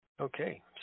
Okay